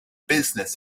business